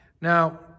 Now